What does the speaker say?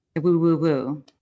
Woo-woo-woo